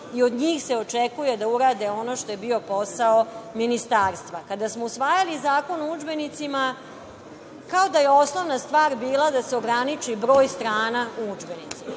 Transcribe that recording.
i od njih se očekuje da urade ono što je bio posao Ministarstva. Kada smo usvajali Zakon o udžbenicima, kao da je osnovna stvar bila da se ograniči broj strana u udžbenicima,